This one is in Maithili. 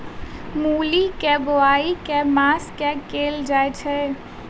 मूली केँ बोआई केँ मास मे कैल जाएँ छैय?